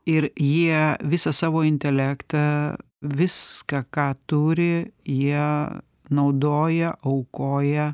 ir jie visą savo intelektą viską ką turi jie naudoja aukoja